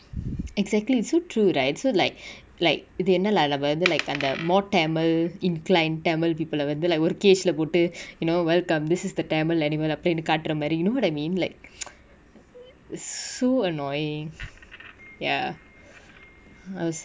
exactly so true right so like like இது என்ன:ithu enna lah நம்ம வந்து:namma vanthu like அந்த:antha more tamil inclined tamil people lah வந்து:vanthu like ஒரு:oru case lah போட்டு:potu you know welcome this is the tamil animal அப்டினு காட்ர மாரி:apdinu kaatra mari you know what I mean like it's so annoying ya I was